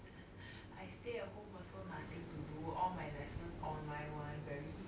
I stay at home also nothing to do all my lessons online one very